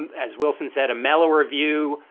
and as wilson said, a mellower view,